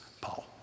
Paul